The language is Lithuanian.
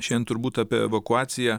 šiandien turbūt apie evakuaciją